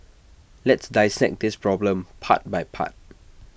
let's dissect this problem part by part